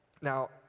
Now